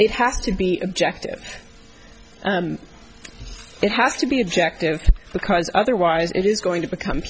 it has to be objective it has to be objective because otherwise it is going to become